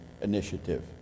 initiative